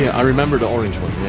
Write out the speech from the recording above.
i remember the orange one.